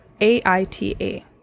a-i-t-a